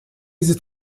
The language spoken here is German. dieses